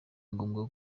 ngombwa